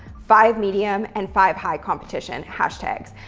five medium, and five high competition hashtags,